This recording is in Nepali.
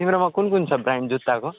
तिम्रोमा कुन कुन छ ब्रान्ड जुत्ताको